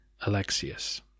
Alexius